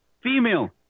female